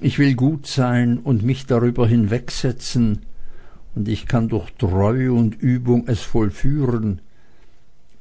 ich will gut sein oder mich darüber hinwegsetzen und ich kann durch treue und übung es vollführen